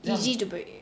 easy to break